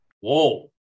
Whoa